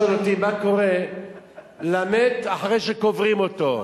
אתה שואל אותי מה קורה למת אחרי שקוברים אותו.